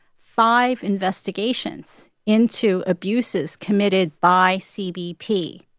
five investigations into abuses committed by cbp.